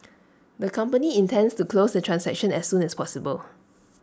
the company intends to close the transaction as soon as possible